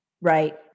right